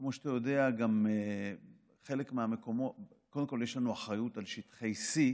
כמו שאתה יודע, קודם כול יש לנו אחריות על שטחי C,